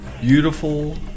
beautiful